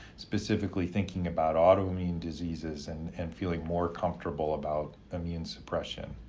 specifically thinking about autoimmune diseases and and feeling more comfortable about immune suppression.